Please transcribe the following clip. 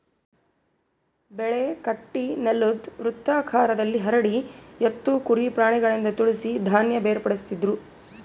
ಬೆಳೆ ಗಟ್ಟಿನೆಲುದ್ ವೃತ್ತಾಕಾರದಲ್ಲಿ ಹರಡಿ ಎತ್ತು ಕುರಿ ಪ್ರಾಣಿಗಳಿಂದ ತುಳಿಸಿ ಧಾನ್ಯ ಬೇರ್ಪಡಿಸ್ತಿದ್ರು